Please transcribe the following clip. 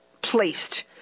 placed